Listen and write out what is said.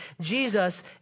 Jesus